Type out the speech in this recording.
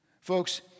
Folks